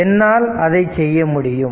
என்னால் அதை செய்ய முடியும்